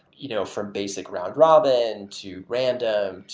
you know from basic round robin, to random,